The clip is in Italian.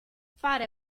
fare